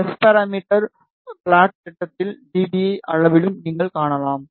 S parameter plot திட்டத்தில் dB அளவிலும் நீங்கள் காணலாம்